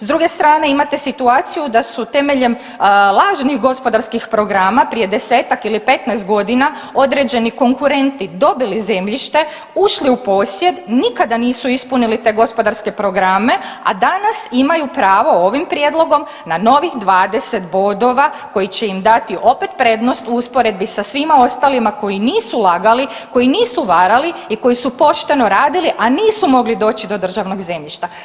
S druge strane imate situaciju da su temeljem lažnih gospodarskih programa prije 10-ak ili 15 godina određeni konkurenti dobili zemljište, ušli u posjed, nikada nisu ispunili te gospodarske programe, a danas imaju pravo ovim prijedlogom na novih 20 bodova koji će im dati opet prednost u usporedbi sa svima ostalima koji nisu lagali, koji nisu varali i koji su pošteno radili, a nisu mogli doći do državnog zemljišta.